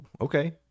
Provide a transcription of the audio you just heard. okay